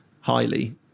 highly